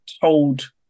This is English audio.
told